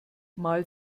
mal